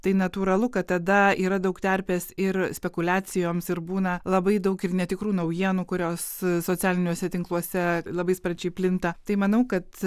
tai natūralu kad tada yra daug terpės ir spekuliacijoms ir būna labai daug ir netikrų naujienų kurios socialiniuose tinkluose labai sparčiai plinta tai manau kad